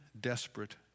desperate